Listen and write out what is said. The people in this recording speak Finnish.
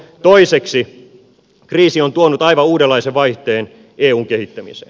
toiseksi kriisi on tuonut aivan uudenlaisen vaihteen eun kehittämiseen